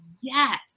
yes